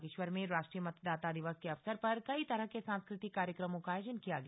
बागेश्वर में राष्ट्रीय मतदाता दिवस के अवसर पर कई तरह के सांस्कृतिक कार्यक्रमों का आयोजन किया गया